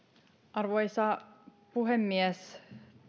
arvoisa puhemies